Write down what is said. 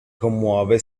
commuove